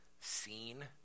seen